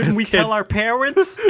we tell our parents?